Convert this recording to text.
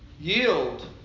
Yield